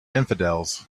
infidels